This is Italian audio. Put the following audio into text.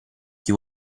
chi